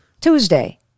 Tuesday